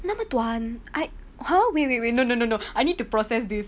那么短 I !huh! wait wait wait no no no no I need to process this